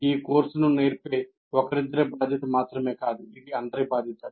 ఆ కోర్సును నేర్పి ఒకరిద్దరి బాధ్యత మాత్రమే కాదు ఇది అందరి బాధ్యత